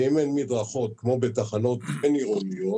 ואם אין מדרכות, כמו בתחנות בין-עירוניות,